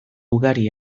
ugari